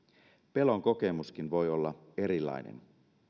pelon kokemuskin voi olla erilainen